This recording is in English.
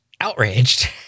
outraged